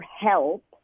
help